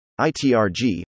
ITRG